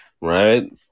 right